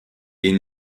est